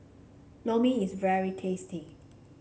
Lor Mee is very tasty